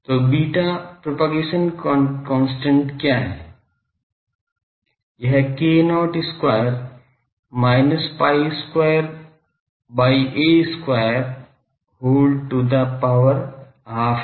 तो beta propagation constant क्या है यह k0 square minus pi square by a square whole to the power half है